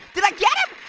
did i get him?